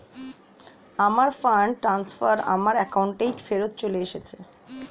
আমার fund transfer আমার অ্যাকাউন্টেই ফেরত চলে এসেছে